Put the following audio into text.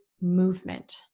movement